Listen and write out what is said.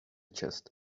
chests